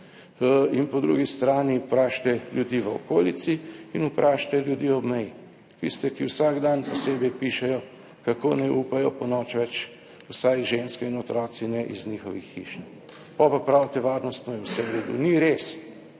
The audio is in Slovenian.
in po drugi strani vprašajte ljudi v okolici in vprašajte ljudi ob meji, tiste, ki vsak dan posebej pišejo, kako naj upajo ponoči več, vsaj ženske in otroci ne iz njihovih hiš. Pol pa pravite, varnostno je vse v redu. Ni res.